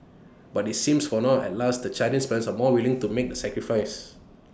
but IT seems for now at last that Chinese parents are more than willing to make the sacrifice